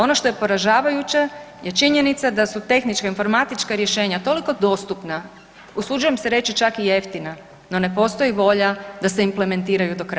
Ono što je poražavajuće je činjenica da su tehnička informatička rješenja toliko dostupna, usuđujem se reći čak i jeftina, no ne postoji volja da se implementiraju do kraja.